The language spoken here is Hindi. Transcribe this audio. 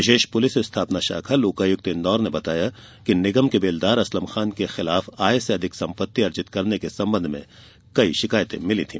विशेष पुलिस स्थापना शाखा लोकायुक्त इंदौर ने बताया कि निगम के बेलदार असलम खान के खिलाफ आय से अधिक संपत्ति अर्जित करने के संबंध में कई शिकायत मिली थी